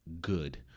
good